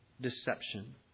deception